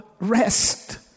rest